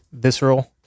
visceral